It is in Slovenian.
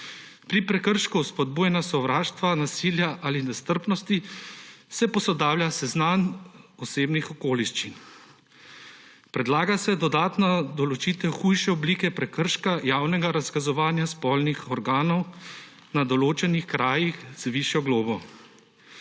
Pri prekršku o spodbujanju sovraštva, nasilja ali nestrpnosti se posodablja seznam osebnih okoliščin. Predlaga se dodatna določitev hujše oblike prekrška javnega razkazovanja spolnih organov na določenih krajih z višjo globo.